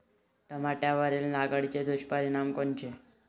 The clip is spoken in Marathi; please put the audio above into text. टमाट्यावरील नाग अळीचे दुष्परिणाम कोनचे?